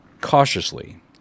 cautiously